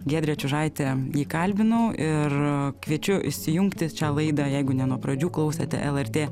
giedrė čiužaitė jį kalbinau ir kviečiu įsijungti šią laidą jeigu ne nuo pradžių klausėte lrt